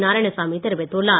நாராயணசாமி தெரிவித்துள்ளார்